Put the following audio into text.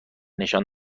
نشان